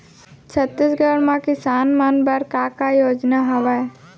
छत्तीसगढ़ म किसान मन बर का का योजनाएं हवय?